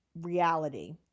reality